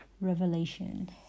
Revelation